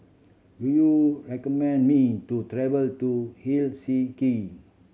do you recommend me to travel to Helsinki